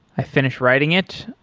i finish writing it.